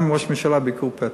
גם עם ראש הממשלה, ביקור פתע.